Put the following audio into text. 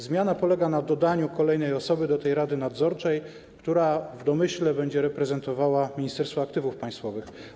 Zmiana polega na dodaniu kolejnej osoby do tej rady nadzorczej, która w domyśle będzie reprezentowała Ministerstwo Aktywów Państwowych.